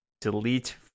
Delete